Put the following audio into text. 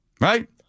Right